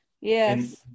Yes